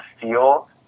feel